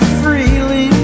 freely